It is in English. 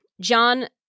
John